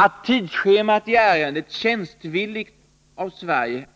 Att tidsschemat i ärendet tjänstvilligt av Sverige